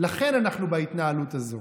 לכן אנחנו בהתנהלות הזאת.